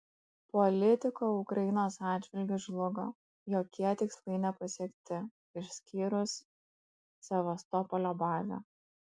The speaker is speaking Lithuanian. politika ukrainos atžvilgiu žlugo jokie tikslai nepasiekti išskyrus sevastopolio bazę